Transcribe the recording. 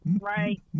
Right